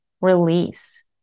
release